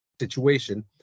situation